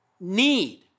need